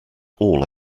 all